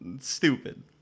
Stupid